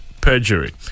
perjury